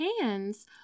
hands